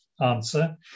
answer